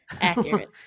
Accurate